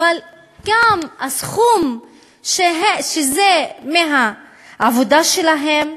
וגם הסכום שהוא מהעבודה שלהם,